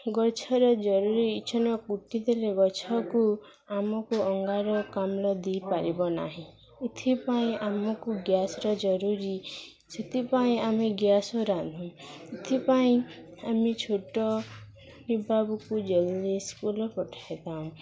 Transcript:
ଗଛର ଜରୁରୀ ଇଚ୍ଛନ କୁଟିଦେଲେ ଗଛକୁ ଆମକୁ ଅଙ୍ଗାରକାମ୍ଳ ଦେଇପାରିବ ନାହିଁ ଏଥିପାଇଁ ଆମକୁ ଗ୍ୟାସର ଜରୁରୀ ସେଥିପାଇଁ ଆମେ ଗ୍ୟାସ ରାନ୍ଧୁ ଏଥିପାଇଁ ଆମେ ଛୋଟ ବାବୁକୁ ଜଲ୍ଦି ସ୍କୁଲ ପଠେଇଥାଉଁ